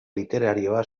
literarioa